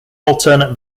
alternate